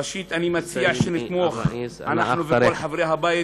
ראשית, אני מציע שנתמוך, אנחנו וכל חברי הבית,